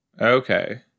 okay